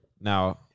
Now